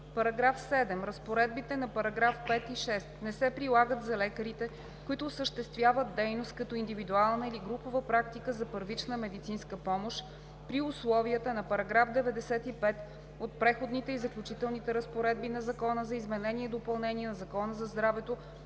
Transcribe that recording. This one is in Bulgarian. „§ 7. Разпоредбите на § 5 и 6 не се прилагат за лекарите, които осъществяват дейност като индивидуална или групова практика за първична медицинска помощ при условията на § 95 от Преходните и заключителните разпоредби на Закона за изменение и допълнение на Закона за здравето